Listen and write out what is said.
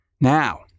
Now